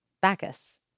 Bacchus